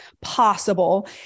possible